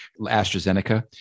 AstraZeneca